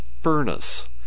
furnace